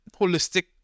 holistic